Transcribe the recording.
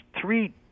three